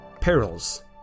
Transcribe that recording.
perils